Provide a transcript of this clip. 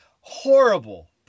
horrible